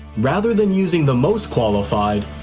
rather than using the most qualified,